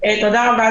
תודה רבה,